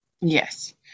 yes